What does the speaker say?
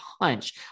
punch